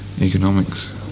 economics